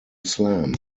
slam